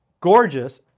gorgeous